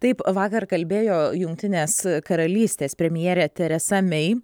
taip vakar kalbėjo jungtinės karalystės premjerė teresa mei